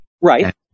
Right